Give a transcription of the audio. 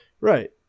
right